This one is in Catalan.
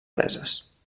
preses